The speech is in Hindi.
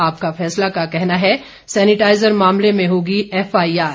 आपका फैसला का कहना है सैनिटाइजर मामले में होगी एफआईआर